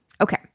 Okay